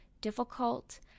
difficult